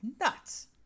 nuts